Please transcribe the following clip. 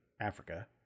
Africa